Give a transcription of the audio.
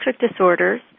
disorders